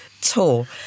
tour